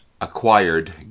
acquired